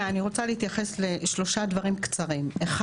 כן, אני רוצה להתייחס לשלושה דברים קצרים: א',